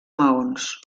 maons